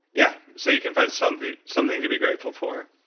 yeah, so you can find something something to be grateful for.